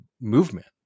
movement